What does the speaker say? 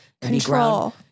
Control